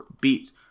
beats